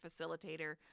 facilitator